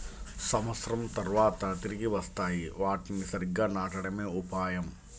సంవత్సరం తర్వాత తిరిగి వస్తాయి, వాటిని సరిగ్గా నాటడమే ఉపాయం